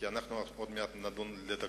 כי עוד מעט נדון בתקציב.